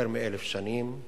יותר מ-1,000 שנים.